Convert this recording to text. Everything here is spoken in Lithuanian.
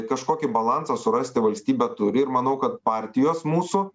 kažkokį balansą surasti valstybė turi ir manau kad partijos mūsų